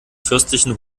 fürstlichen